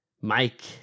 Mike